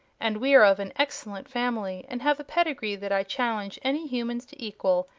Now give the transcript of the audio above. and we are of an excellent family and have a pedigree that i challenge any humans to equal,